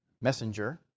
messenger